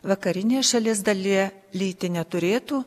vakarinėje šalies dalyje lyti neturėtų